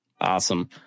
Awesome